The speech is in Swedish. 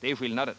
Det är skillnaden.